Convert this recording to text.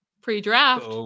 pre-draft